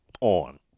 on